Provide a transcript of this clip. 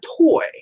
toy